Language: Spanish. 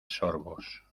sorbos